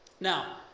Now